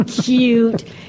cute